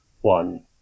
one